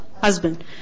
husband